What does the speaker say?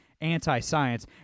anti-science